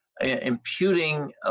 imputing